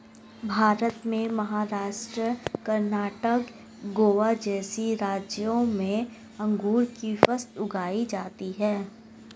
भारत में महाराष्ट्र, कर्णाटक, गोवा जैसे राज्यों में अंगूर की फसल उगाई जाती हैं